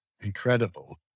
incredible